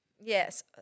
Yes